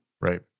right